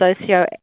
socio